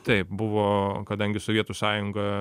taip buvo kadangi sovietų sąjunga